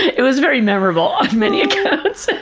it was very memorable on many accounts.